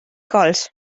cols